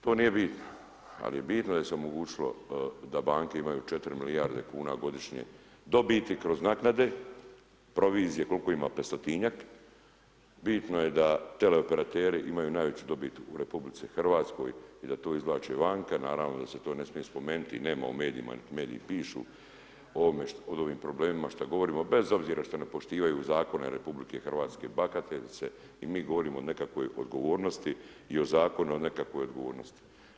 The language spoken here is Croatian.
To nije bitno, ali je bitno da se omogućilo da banke imaju 4 milijarde kuna godišnje dobiti kroz naknade, provizije kolko ima 500-tinjak, bitno je da teleoperateri imaju najveću dobit u RH i da to izvlače vanka, naravno da se to ne smije spomenut i nema u medijima, nit mediji pišu o ovim problemima što govorimo bez obzira što ne poštivaju zakone RH, bahate se i mi govorimo o nekakvoj odgovornosti i o zakonu o nekakvoj odgovornosti.